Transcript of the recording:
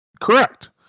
Correct